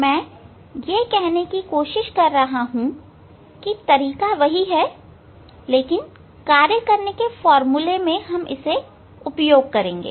मैं यह कहने की कोशिश कर रहा हूं कि तरीका वही है केवल कार्य करने के फार्मूले में आप इसे उपयोग करेंगे